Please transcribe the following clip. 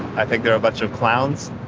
i think they're a bunch of clowns.